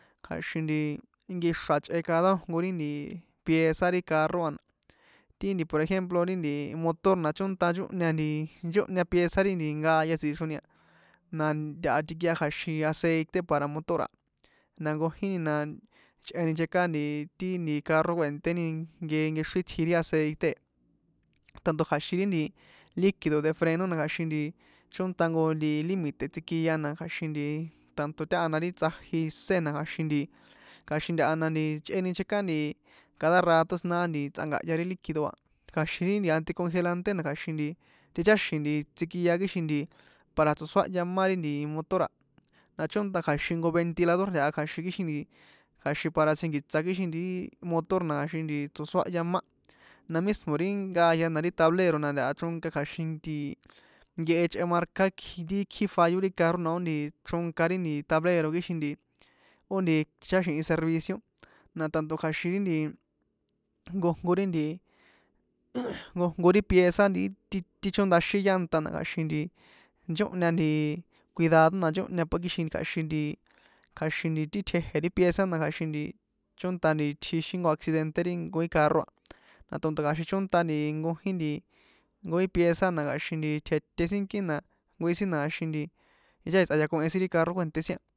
Kja̱xin nti nkexr xra̱ chꞌe cada nkojko ri pieza ri carro a ti nti por ejemplo ri nti motor na chónta nchóhña nti nchóhña pieza ri nti nkaya tsixroni a na ntaha tikia kja̱xin aceite para motor a na nkojíni na chꞌeni checar ti nti carro kuènténi nkexrín itji ri aceite e tanto kja̱xin ri nti liquido de freno na kja̱xin nti chónta jnko límite tsikia na kja̱xin nti tanto na ri tsꞌaji isé na kja̱xin nti kja̱xin ntáha na nti chꞌeni checar nti cada rato siná tsꞌanka̱hya ri líquido a kja̱xin ri nti naticongelante na kja̱xin nti tich´xi̱n nti tsikia kixin nti para tso̱soáhya má ri motor a na chónta kja̱xin jnko ventilador ntaha kja̱xin kixin nti kja̱xin para tsjínkiṭs akixin nti ti motor na tso̱soăhya ma na mismi ri nkaya na ri tablero na ntaha chronka kja̱xin nkehe chꞌe marca ri kji nti fallo ri carro na ó chronka ti tablero kixin ó tsich´ăxi̱hi servicio na tanto kja̱xin ri nti jnkojnko ri nti jnkojnko ri pieza nti ti ti chóndaxin llanta na kja̱xin nti nchóhña nti cuidado na nchŏhña na kixin kja̱xin nti kja̱xin nti ti tjeje̱ ti pieza na kja̱xin nti chónta tjixin jnko accidente ri nkojin carro a na tanto kja̱xin cónta nkojin nkojin pieza na kja̱xin nti tjeté sínkí na nkojin sin kjaxin nti ticháxi̱n tsꞌayakohen sin ri carro kuènté.